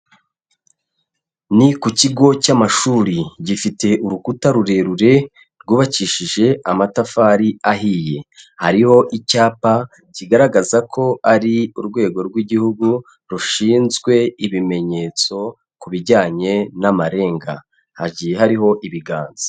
Ni ku kigo cy'amashuri, gifite urukuta rurerure rwubakishije amatafari ahiye, hariho icyapa kigaragaza ko ari urwego rw'igihugu rushinzwe ibimenyetso ku bijyanye n'amarenga, hagiye hariho ibiganza.